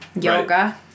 Yoga